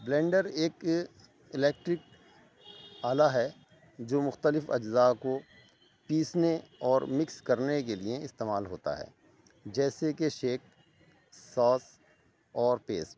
blender ایک electric آلہ ہے جو مختلف اجزاء کو پیسنے اور مکس کرنے کے لیے استعمال ہوتا ہے جیسے کہ شیک سوس اور پیسٹ